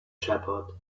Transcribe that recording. shepherd